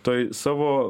tai savo